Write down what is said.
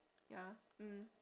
ya mm